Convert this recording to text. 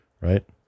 right